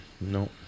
No